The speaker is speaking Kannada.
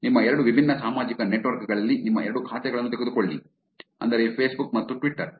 ನಿಮ್ಮ ಎರಡು ವಿಭಿನ್ನ ಸಾಮಾಜಿಕ ನೆಟ್ವರ್ಕ್ ಗಳಲ್ಲಿ ನಿಮ್ಮ ಎರಡು ಖಾತೆಗಳನ್ನು ತೆಗೆದುಕೊಳ್ಳಿ ಅಂದರೆ ಫೇಸ್ ಬುಕ್ ಮತ್ತು ಟ್ವಿಟ್ಟರ್